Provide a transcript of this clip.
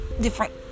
different